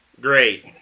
Great